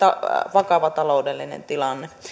vakava taloudellinen tilanne